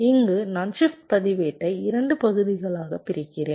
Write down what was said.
இங்கு நான் ஷிப்ட் பதிவேட்டை 2 பகுதிகளாக பிரிக்கிறேன்